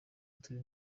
turi